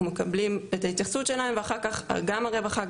אנחנו מקבלים את ההתייחסות שלהם ואחר כך גם הרווחה,